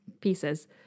pieces